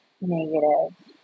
negative